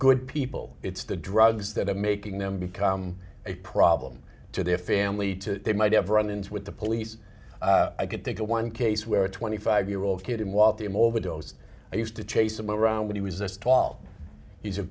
good people it's the drugs that are making them become a problem to their family to they might have run ins with the police i could think of one case where a twenty five year old kid in waltham overdosed or used to chase him around when he was a stall he's a